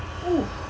oo